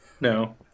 No